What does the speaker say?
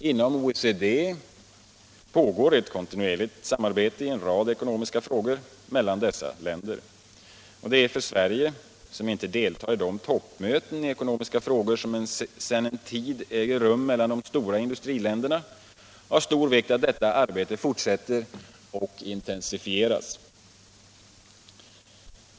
Inom OECD pågår ett kontinuerligt samarbete i en rad ekonomiska frågor mellan dessa länder. Det är för Sverige, som inte deltar i de toppmöten i ekonomiska frågor som sedan en tid äger rum mellan de stora industriländerna, av stor vikt att detta arbete fortsätter och intensifieras.